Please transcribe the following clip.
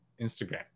Instagram